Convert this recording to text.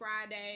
Friday